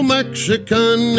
Mexican